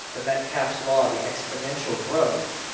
the metcalf's law, the exponential growth,